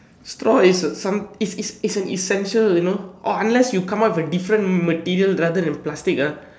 straw is some is is is an essential you know or unless you come up with a different material rather than plastic ah